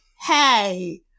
hey